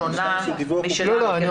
שונה משלנו כחברי כנסת.